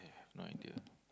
no idea